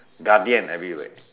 Guardian everywhere